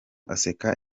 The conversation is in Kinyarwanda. aseka